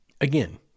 again